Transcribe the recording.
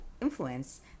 influence